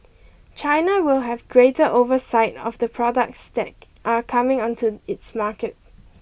China will have greater oversight of the products that are coming onto its market